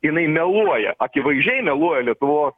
jinai meluoja akivaizdžiai meluoja lietuvos